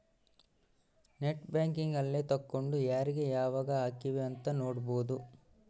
net banking ಅಲ್ಲೆ ತೆಕ್ಕೊಂಡು ಯಾರೀಗ ಯಾವಾಗ ಹಕಿವ್ ಅಂತ ನೋಡ್ಬೊದು